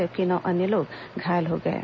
जबकि नौ अन्य लोग घायल हो गए हैं